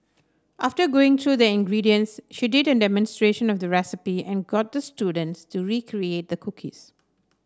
after going through the ingredients she did a demonstration of the recipe and got the students to recreate the cookies